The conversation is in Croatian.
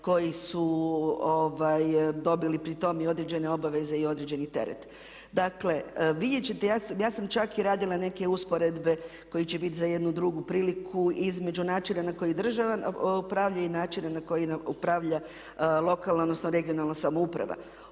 koji su dobili pritom i određene obveze i određeni teret. Dakle vidjet ćete, ja sam čak i radila neke usporedbe koje će biti za jednu drugu priliku, između načina na koji država upravlja i načina na koji upravlja lokalna odnosno regionalna samouprava.